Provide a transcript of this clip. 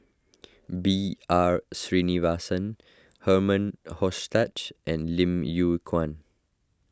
B R Sreenivasan Herman Hochstadt and Lim Yew Kuan